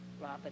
Robert